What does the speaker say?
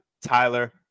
tyler